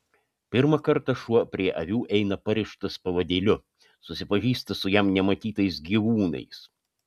pirmą kartą šuo prie avių eina parištas pavadėliu susipažįsta su jam nematytais gyvūnais